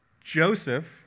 Joseph